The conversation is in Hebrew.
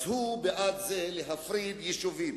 אז הוא בעד זה להפריד יישובים.